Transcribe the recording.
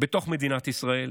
בתוך מדינת ישראל